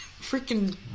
freaking